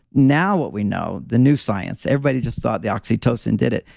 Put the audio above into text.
now what we know, the new science, everybody just thought the oxytocin did it.